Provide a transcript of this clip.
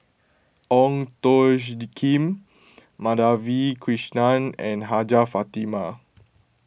Ong Tjoe Kim Madhavi Krishnan and Hajjah Fatimah